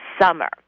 summer